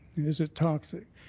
is it toxic.